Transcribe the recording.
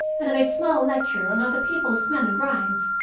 and of a small lecture on other people's melon rinds,